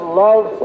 love